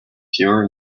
pure